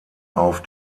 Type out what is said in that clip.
auf